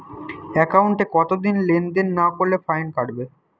একাউন্টে কতদিন লেনদেন না করলে ফাইন কাটবে?